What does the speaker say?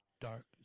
dark